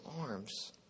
arms